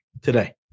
today